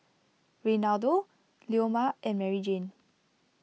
Reynaldo Leoma and Maryjane